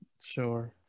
sure